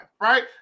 right